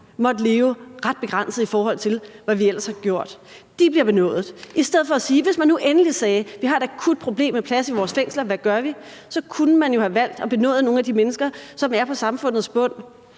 måtte leve ret begrænset, i forhold til hvordan vi ellers havde levet. De bliver benådet. Og hvis man nu endelig sagde, at vi har et akut problem med plads i vores fængsler – hvad gør vi? – kunne man jo have valgt at benåde nogle af de mennesker, som er på samfundets bund,